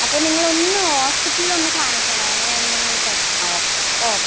അപ്പോൾ നിങ്ങളൊന്ന് ഹോസ്പിറ്റലിലൊന്നു കാണിക്കണം അവനെ എന്തെങ്കിലു ടെസ്റ്റ് ആ ഓക്കെ ഓക്കെ